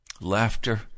laughter